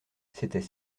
c’était